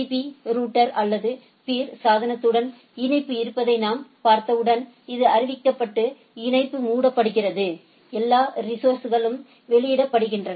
பீ router அல்லது peer சாதனத்துடன் இணைப்பு இருப்பதை நாம் பார்த்தவுடன் இது அறிவிக்கப்பட்டு இணைப்பு மூடப்படுகிறது எல்லா ரிஸோஸர்ஸ்களும் வெளியிடப்படுகின்றன